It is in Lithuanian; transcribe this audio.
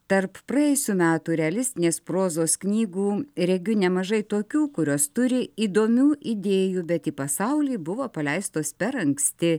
tarp praėjusių metų realistinės prozos knygų regiu nemažai tokių kurios turi įdomių idėjų bet į pasaulį buvo paleistos per anksti